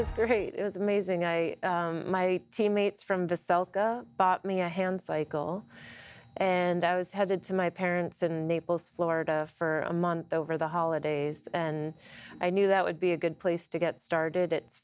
was great it was amazing i my teammates from the celta bought me a hand cycle and i was headed to my parents in naples florida for a month over the holidays and i knew that would be a good place to get started